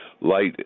light